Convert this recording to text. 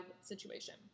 situation